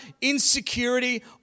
insecurity